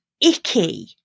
icky